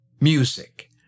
music